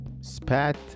SPAT